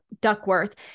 Duckworth